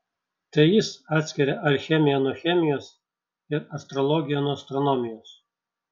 tai jis atskiria alchemiją nuo chemijos ir astrologiją nuo astronomijos